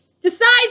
Decides